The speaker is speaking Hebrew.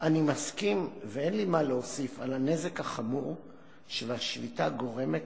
אני מסכים ואין לי מה להוסיף על הנזק החמור שהשביתה גורמת